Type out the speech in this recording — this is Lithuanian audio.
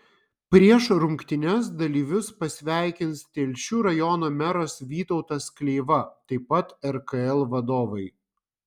prieš rungtynes dalyvius pasveikins telšių rajono meras vytautas kleiva taip pat rkl vadovai